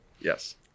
Yes